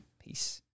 Peace